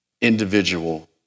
Individual